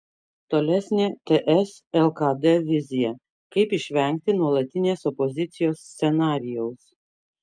tolesnė ts lkd vizija kaip išvengti nuolatinės opozicijos scenarijaus